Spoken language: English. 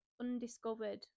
undiscovered